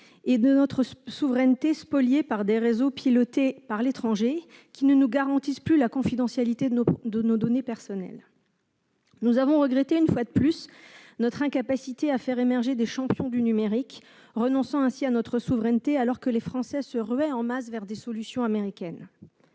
de notre souveraineté par des réseaux pilotés de l'étranger, qui ne nous garantissent plus la confidentialité de nos données personnelles. Nous avons regretté, une fois de plus, notre incapacité à faire émerger des champions du numérique, nous conduisant à renoncer à notre souveraineté alors que les Français se ruaient en masse vers des solutions américaines.